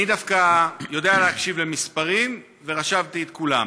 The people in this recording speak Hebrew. אני דווקא יודע להקשיב למספרים ורשמתי את כולם,